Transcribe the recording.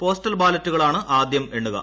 പോസ്റ്റൽബാലറ്റുകളാണ് ആദ്യം എണ്ണുക